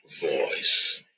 voice